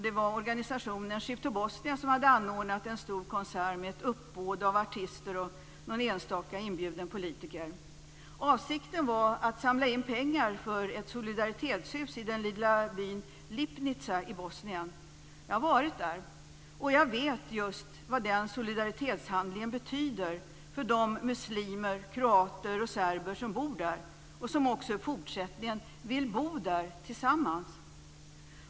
Det var organisationen Ship to Bosnia som hade anordnat en stor konsert med ett uppbåd av artister och någon enstaka inbjuden politiker. Avsikten var att samla in pengar till ett solidaritetshus i den lilla byn Lipnica i Bosnien. Jag har varit där, och jag vet vad den solidaritetshandlingen betyder just för de muslimer, kroater och serber som bor där och som också i fortsättningen vill bo där tillsammans.